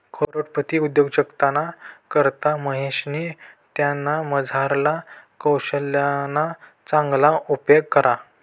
करोडपती उद्योजकताना करता महेशनी त्यानामझारला कोशल्यना चांगला उपेग करा